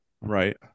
right